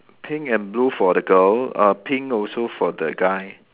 pink and blue for the girl uh pink also for the guy